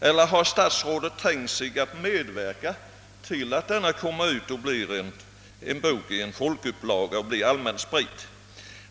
Eller har statsrådet tänkt sig att medverka till att boken kommer ut i folkupplaga och blir allmänt spridd?